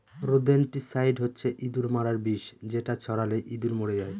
rodenticide হচ্ছে ইঁদুর মারার বিষ যেটা ছড়ালে ইঁদুর মরে যায়